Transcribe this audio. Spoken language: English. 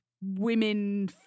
women